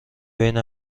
بین